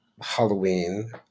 Halloween